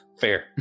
Fair